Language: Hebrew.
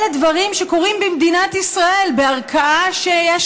אלה דברים שקורים במדינת ישראל בערכאה שיש